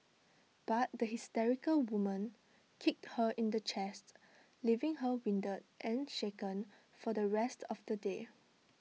but the hysterical woman kicked her in the chest leaving her winded and shaken for the rest of the day